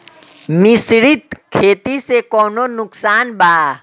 मिश्रित खेती से कौनो नुकसान बा?